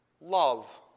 love